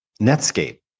Netscape